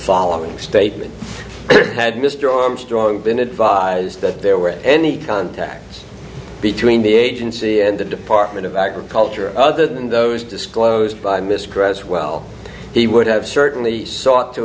following statement had mr armstrong been advised that there were any contacts between the agency and the department of agriculture other than those disclosed by miss cresswell he would have certainly sought to